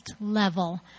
level